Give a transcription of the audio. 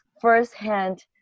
first-hand